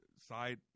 side